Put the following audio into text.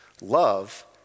Love